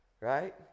right